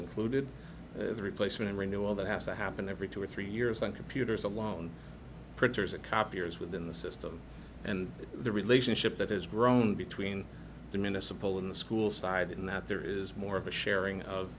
included the replacement of renewal that has to happen every two or three years on computers alone printers and copiers within the system and the relationship that has grown between them in a simple in the school side in that there is more of a sharing of